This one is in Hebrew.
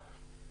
חס וחלילה.